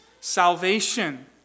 salvation